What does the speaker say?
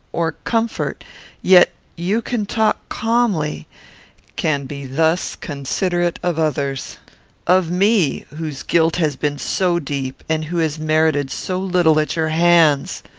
or comfort yet you can talk calmly can be thus considerate of others of me whose guilt has been so deep, and who has merited so little at your hands!